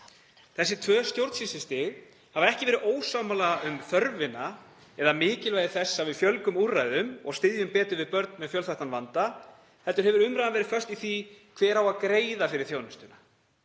Þessi tvö stjórnsýslustig hafa ekki verið ósammála um þörfina eða mikilvægi þess að við fjölgum úrræðum og styðjum betur við börn með fjölþættan vanda, heldur hefur umræðan verið föst í því hver á að greiða fyrir þjónustuna.